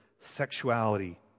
sexuality